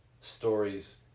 stories